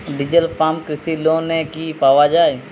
Diesel pump কৃষি লোনে কি পাওয়া য়ায়?